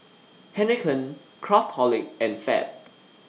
Heinekein Craftholic and Fab